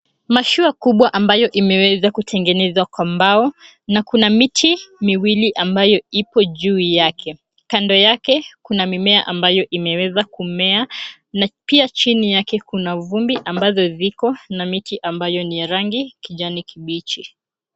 Mashua kubwa ambayo imeweza kutengenezwa kwa mbao na kuna miti miwili ambayo ipo juu yake. Kando yake kuna mimea ambayo imeweza kumea na pia chini yake kuna vumbi ambazo ziko na miti ambayo ni ya rangi kijani kibichi.